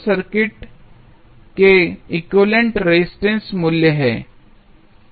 तो सर्किट के equivalent resistance मूल्य है